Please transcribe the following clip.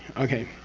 okay.